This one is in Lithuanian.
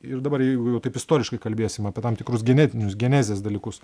ir dabar jeigu jau taip istoriškai kalbėsim apie tam tikrus genetinius genezės dalykus